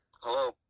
Hello